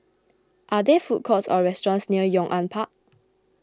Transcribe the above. are there food courts or restaurants near Yong An Park